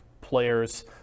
players